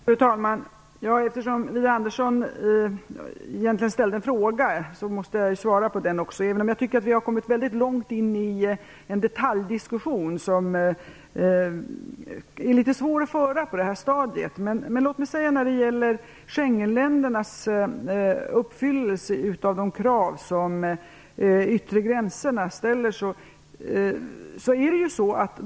Fru talman! Eftersom Widar Andersson ställde en fråga, måste jag svara på den. Jag tycker dock att vi har kommit mycket långt in i en detaljdiskussion som är litet svår att föra på det här stadiet. Det finns krav på de yttre gränserna för Schengenländerna.